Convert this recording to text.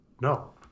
no